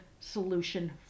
solution